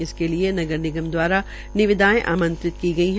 इसके लिये नगर निगम दवारा निविदायें आंमत्रित की गई है